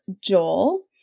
Joel